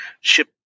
ship